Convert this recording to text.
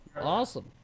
Awesome